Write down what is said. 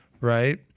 right